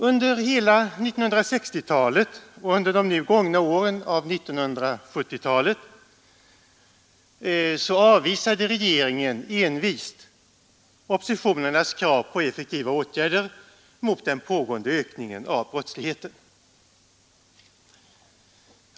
Under hela 1960-talet och under de nu gångna åren av 1970-talet avvisade regeringen envist oppositionens krav på effektiva åtgärder mot den pågående ökningen av brottsligheten.